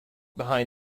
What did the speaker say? behind